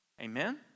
Amen